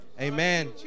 Amen